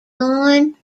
line